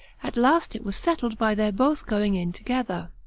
at last it was settled by their both going in together.